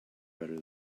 better